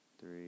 three